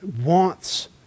wants